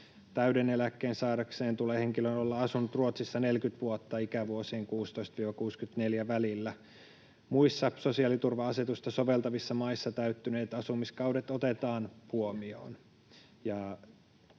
täyden eläkkeen saadakseen tulee henkilön olla asunut Ruotsissa 40 vuotta ikävuosien 16—64 välillä. Muissa sosiaaliturva-asetusta soveltavissa maissa täyttyneet asumiskaudet otetaan huomioon,